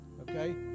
Okay